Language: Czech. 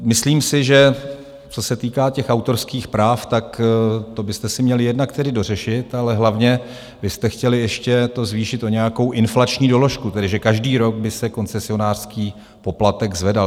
Myslím si, že co se týká autorských práv, to byste si měli jednak tedy dořešit, ale hlavně byste chtěli ještě to zvýšit o nějakou inflační doložku, tedy že každý rok by se koncesionářský poplatek zvedal.